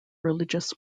religious